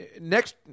next